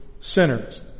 sinners